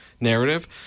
narrative